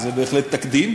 וזה בהחלט תקדים,